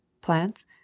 Plants